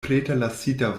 preterlasita